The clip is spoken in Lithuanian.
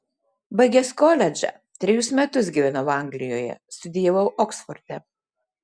baigęs koledžą trejus metus gyvenau anglijoje studijavau oksforde